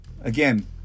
again